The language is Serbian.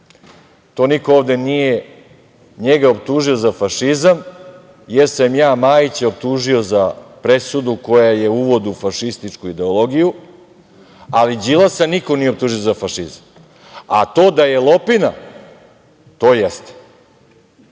To niko ovde nije njega optužio za fašizam, jesam ja Majića optužio za presudu koja je uvod u fašističku ideologiju, ali Đilasa niko nije optužio za fašizam. A, to da je lopina, to jeste